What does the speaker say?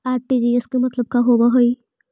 RTGS के मतलब का होव हई?